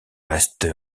reste